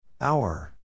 Hour